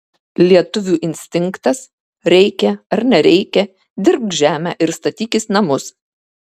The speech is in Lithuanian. lietuvių instinktas reikia ar nereikia dirbk žemę ir statykis namus